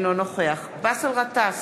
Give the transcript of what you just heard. אינו נוכח באסל גטאס,